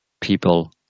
people